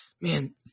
man